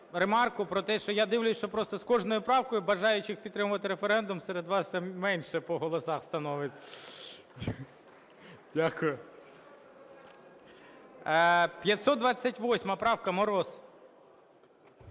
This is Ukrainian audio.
ремарку про те, що я дивлюся, що просто з кожною правкою бажаючих підтримувати референдум серед вас менше по голосах становить. Дякую. 528 правка. Мороз.